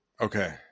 Okay